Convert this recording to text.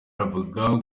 avuga